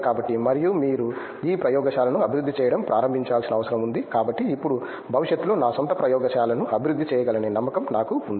కాబట్టి మరియు మీరు ఈ ప్రయోగశాలను అభివృద్ధి చేయడం ప్రారంభించాల్సిన అవసరం ఉంది కాబట్టి ఇప్పుడు భవిష్యత్తులో నా స్వంత ప్రయోగశాలను అభివృద్ధి చేయగలననే నమ్మకం నాకు ఉంది